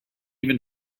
even